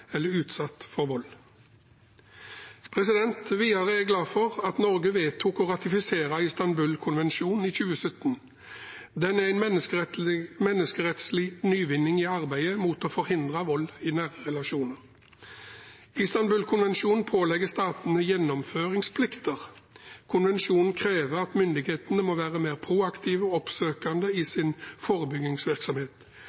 eller utsatt for vold. Videre er jeg glad for at Norge vedtok å ratifisere Istanbul-konvensjonen i 2017. Den er en menneskerettslig nyvinning i arbeidet med å forhindre vold i nære relasjoner. Istanbul-konvensjonen pålegger statene gjennomføringsplikter. Konvensjonen krever at myndighetene må være mer proaktive og oppsøkende i